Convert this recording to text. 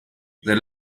they